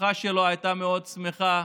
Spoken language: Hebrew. המשפחה שלו הייתה מאוד שמחה,